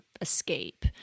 escape